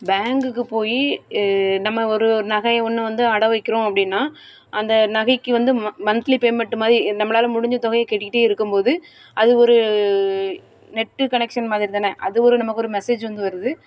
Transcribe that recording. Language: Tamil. பேங்குக்கு போய் நம்ம ஒரு நகையை ஒன்று வந்து அடவு வைக்கிறோம் அப்படின்னா அந்த நகைக்கு வந்து ம மன்த்லி பேமெண்ட்டு மாதிரி நம்மளால் முடிஞ்ச தொகையை கட்டிக்கிட்டே இருக்கும்போது அது ஒரு நெட்டு கனெக்சன் மாதிரி தானே அது ஒரு நமக்கு ஒரு மெசேஜ் வந்து வருது